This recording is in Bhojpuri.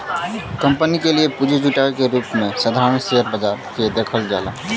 कंपनी के लिए पूंजी जुटावे के रूप में साधारण शेयर बाजार के देखल जाला